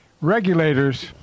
regulators